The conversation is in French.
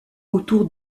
autour